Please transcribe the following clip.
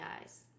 eyes